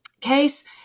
case